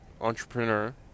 entrepreneur